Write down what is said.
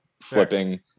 flipping